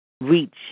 reach